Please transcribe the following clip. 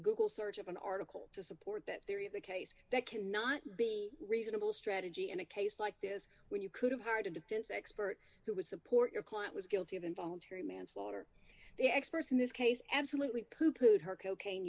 google search of an article to support that theory of the case that cannot be reasonable strategy in a case like this when you could have heard a defense expert who would support your client was guilty of involuntary manslaughter the experts in this case absolutely pooh poohed her cocaine